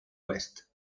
west